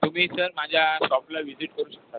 तुम्ही इथं माझ्या शॉपला विजिट करू शकता